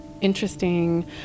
interesting